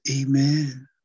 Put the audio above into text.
Amen